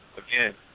again